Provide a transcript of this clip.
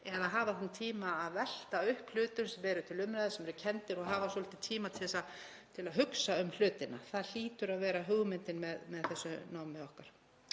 eða að hafa tíma að velta upp hlutum sem eru til umræðu, sem eru kenndir, og hafa svolítinn tíma til þess að hugsa um hlutina. Það hlýtur að vera hugmyndin með náminu